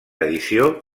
edició